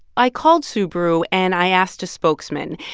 i called subaru, and i asked a spokesman.